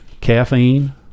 Caffeine